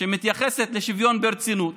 שמתייחסת לשוויון ברצינות